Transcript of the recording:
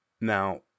Now